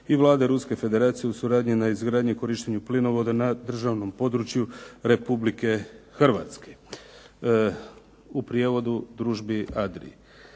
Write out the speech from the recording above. i Vlade Ruske Federacije u suradnji na izgradnji i korištenju plinovoda na državnom području RH – u prijevodu "Družbi Adriji".